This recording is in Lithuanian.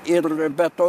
ir be to